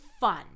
fun